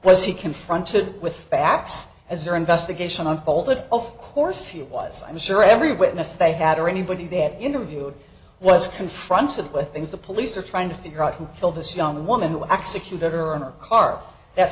was he confronted with facts as their investigation unfolded of course he was i'm sure every witness they had or anybody they had interviewed was confronted with the police are trying to figure out who killed this young woman who executed her car that